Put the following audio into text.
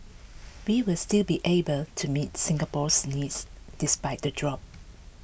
we will still be able to meet Singapore's needs despite the drop